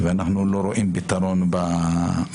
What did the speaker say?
ואנחנו לא רואים פתרון באופק.